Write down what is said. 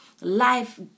life